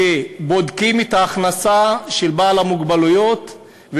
שבודקים את ההכנסה של בעל מוגבלות,